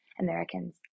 Americans